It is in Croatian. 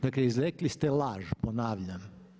Dakle izrekli ste laž ponavljam.